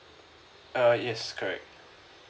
uh yes correct